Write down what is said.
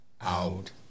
Out